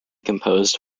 composed